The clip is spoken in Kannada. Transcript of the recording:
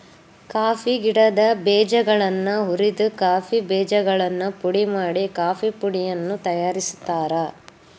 ಕಾಫಿ ಗಿಡದ ಬೇಜಗಳನ್ನ ಹುರಿದ ಕಾಫಿ ಬೇಜಗಳನ್ನು ಪುಡಿ ಮಾಡಿ ಕಾಫೇಪುಡಿಯನ್ನು ತಯಾರ್ಸಾತಾರ